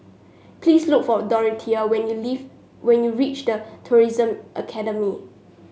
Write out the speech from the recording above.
please look for Dorthea when you leave when you reach The Tourism Academy